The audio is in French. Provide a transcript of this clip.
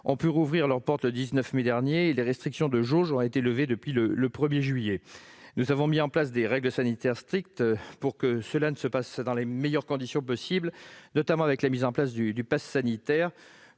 ont pu rouvrir leurs portes le 19 mai dernier et les restrictions de jauges ont été levées depuis le 1juillet. Nous avons mis en place des règles sanitaires strictes, pour que cela se passe dans les meilleures conditions possible, notamment avec la mise en place du passe sanitaire,